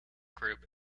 group